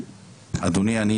אדוני,